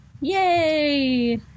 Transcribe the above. yay